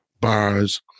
bars